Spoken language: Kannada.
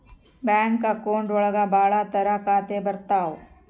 ಬ್ಯಾಂಕ್ ಅಕೌಂಟ್ ಒಳಗ ಭಾಳ ತರ ಖಾತೆ ಬರ್ತಾವ್